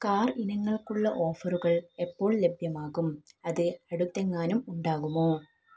car ഇനങ്ങൾക്കുള്ള ഓഫറുകൾ എപ്പോൾ ലഭ്യമാകും അത് അടുത്തെങ്ങാനും ഉണ്ടാകുമോ